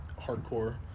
Hardcore